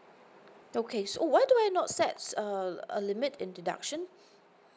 okay so why do I not set as a a limit in deduction